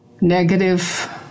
negative